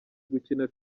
gukina